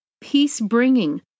peace-bringing